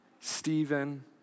Stephen